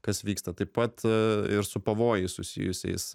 kas vyksta taip pat ir su pavojais susijusiais